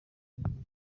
kirazira